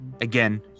Again